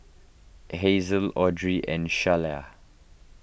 Hazle Audry and Sheyla